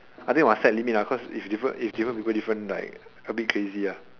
I think must set limit ah cause if different if different people like a bit crazy ah